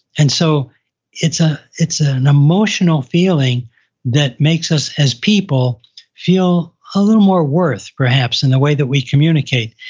and so it's ah it's ah an emotional feeling that makes us as people feel a little more worth perhaps, in the way that we communicate.